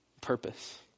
purpose